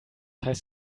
heißt